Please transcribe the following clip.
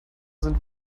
sind